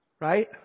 Right